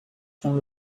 sont